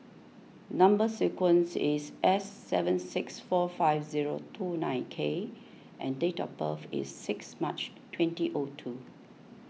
Number Sequence is S seven six four five zero two nine K and date of birth is six March twenty O two